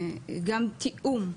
וגם תיאום,